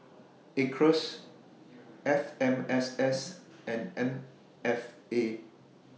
Acres F M S S and M F A